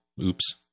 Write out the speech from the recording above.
Oops